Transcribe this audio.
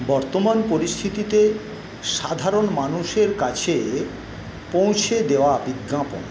বর্তমান পরিস্থিতিতে সাধারণ মানুষের কাছে পৌঁছে দেওয়া বিজ্ঞাপন